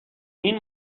این